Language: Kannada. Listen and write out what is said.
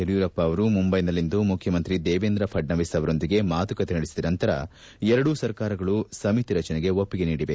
ಯಡಿಯೂರಪ್ಪ ಅವರು ಮುಂಬೈನಲ್ಲಿಂದು ಮುಖ್ಯಮಂತ್ರಿ ದೇವೇಂದ್ರ ಫಡ್ನವೀಸ್ ಅವರೊಂದಿಗೆ ಮಾತುಕತೆ ನಡೆಸಿದ ನಂತರ ಎರಡೂ ಸರ್ಕಾರಗಳು ಸಮಿತಿ ರಚನೆಗೆ ಒಪ್ಪಿಗೆ ನೀಡಿವೆ